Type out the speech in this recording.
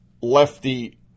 lefty